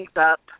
up